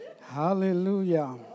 Hallelujah